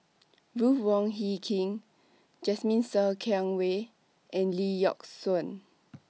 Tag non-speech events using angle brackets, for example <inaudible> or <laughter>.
<noise> Ruth Wong Hie King Jasmine Ser <unintelligible> Wei and Lee Yock Suan